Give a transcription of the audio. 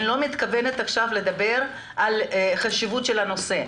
אני לא מתכוונת עכשיו לדבר על חשיבות הנושא.